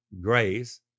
grace